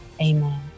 Amen